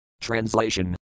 Translation